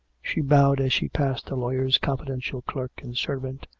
she bowed as she passed the lawyer's confi dential clerk and servant,